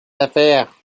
affaires